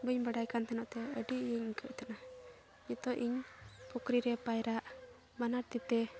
ᱵᱟᱹᱧ ᱵᱟᱰᱟᱭ ᱠᱟᱱ ᱛᱟᱦᱮᱱᱚᱜᱛᱮ ᱟᱹᱰᱤ ᱤᱭᱟᱹᱧ ᱟᱹᱭᱠᱟᱹᱮᱫ ᱛᱟᱦᱮᱱᱟ ᱱᱤᱛᱳᱜ ᱤᱧ ᱯᱩᱠᱷᱨᱤ ᱨᱮ ᱯᱟᱭᱨᱟᱜ ᱵᱟᱱᱟᱨ ᱛᱤᱛᱮ